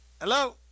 Hello